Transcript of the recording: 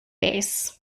base